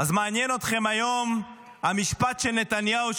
אז מעניין אתכם היום המשפט של נתניהו,